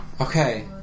Okay